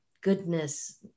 goodness